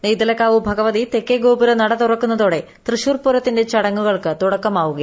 നെയ്തലക്കാവ് ഭഗവതി തെക്കേ ഗോപുര നടതുറക്കുന്നതോടെ തൃശൂർ പൂരത്തിന്റെ ചടങ്ങുകൾക്ക് തുടക്കമാകും